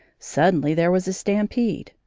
suddenly there was a stampede,